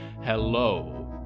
Hello